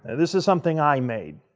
this is something i made.